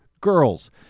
girls